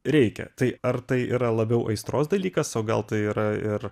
reikia tai ar tai yra labiau aistros dalykas o gal tai yra ir